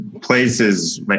places